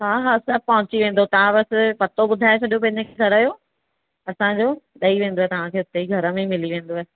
हा हा सभु पहुची वेंदो तव्हां बसि पतो ॿुधाइ छॾियो पंहिंजे घर जो असांजो ॾेई वेंदव तव्हांखे हुते ई घर में ई मिली वेंदव